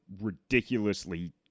ridiculously